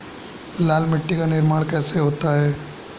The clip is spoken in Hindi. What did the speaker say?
लाल मिट्टी का निर्माण कैसे होता है?